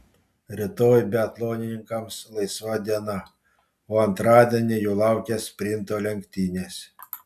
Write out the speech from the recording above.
rytoj biatlonininkams laisva diena o antradienį jų laukia sprinto lenktynės